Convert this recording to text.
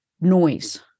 noise